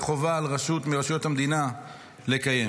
וחובה על רשות מרשויות המדינה לקיים.